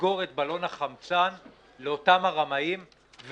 לסגור את בלון החמצן לאותם הרמאים ולמנוע